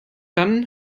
dann